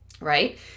right